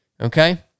Okay